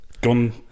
gun